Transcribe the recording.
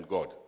God